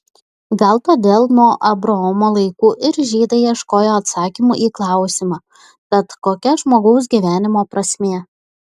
gal todėl nuo abraomo laikų ir žydai ieškojo atsakymų į klausimą tad kokia žmogaus gyvenimo prasmė